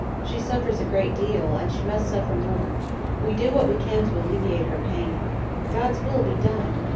she suffers a great deal, and she must suffer more we do what we can to alleviate her pain god's will be done!